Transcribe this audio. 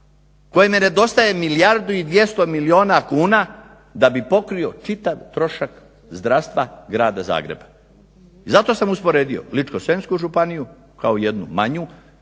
kojem nedostaje milijardu i 200 milijuna kuna da bi pokrio čitav trošak zdravstva grada Zagreba. Zato sam usporedio Ličko-senjsku županiju kao jednu manju